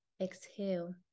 Exhale